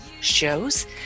shows